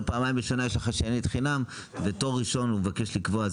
פעמיים בשנה יש לך שיננית חינם ותור ראשון הוא מבקש לקבוע,